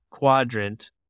quadrant